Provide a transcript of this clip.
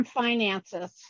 finances